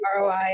ROI